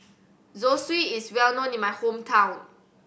zosui is well known in my hometown